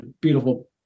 beautiful